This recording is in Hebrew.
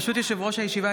ברשות יושב-ראש הישיבה,